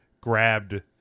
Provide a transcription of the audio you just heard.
grabbed